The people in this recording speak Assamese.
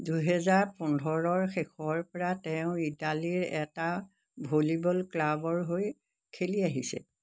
দুহেজাৰ পোন্ধৰৰ শেষৰপৰা তেওঁ ইটালীৰ এটা ভলীবল ক্লাবৰ হৈ খেলি আহিছে